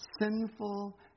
sinful